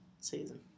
season